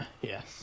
Yes